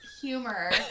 humor